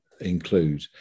include